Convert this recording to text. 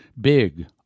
big